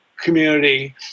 community